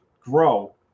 grow